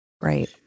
Right